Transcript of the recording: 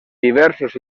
diversos